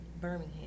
Birmingham